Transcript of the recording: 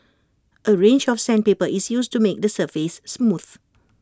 A range of sandpaper is used to make the surface smooth